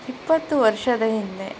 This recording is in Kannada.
ಇಪ್ಪತ್ತು ವರ್ಷದ ಹಿಂದೆ